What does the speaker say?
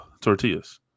tortillas